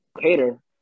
Hater